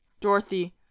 Dorothy